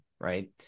right